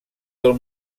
del